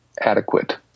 adequate